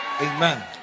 Amen